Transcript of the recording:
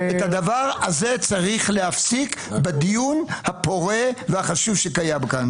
את הדבר הזה צריך להפסיק בדיון הפורה והחשוב שקיים כאן.